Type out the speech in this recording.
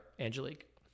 Angelique